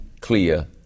clear